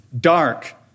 Dark